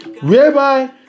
whereby